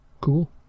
Cool